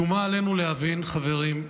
שומה עלינו להבין, חברים,